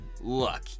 Look